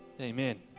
Amen